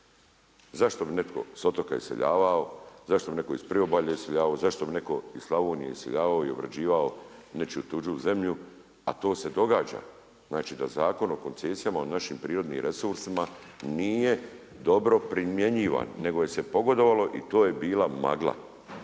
Zašto bi netko s otoka iseljavao, zašto bi neko iz priobalja iseljavao, zašto bi neko iz Slavonije iseljavao i obrađivao nečiju tuđu zemlju, a to se događa. Znači da Zakon o koncesijama u našim prirodnim resursima nije dobro primjenjivan nego je se pogodovalo i to je bila magla.